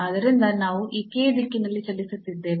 ಆದ್ದರಿಂದ ನಾವು ಈ k ದಿಕ್ಕಿನಲ್ಲಿ ಚಲಿಸುತ್ತಿದ್ದೇವೆ